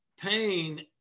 pain